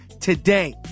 today